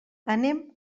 anem